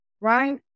right